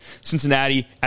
Cincinnati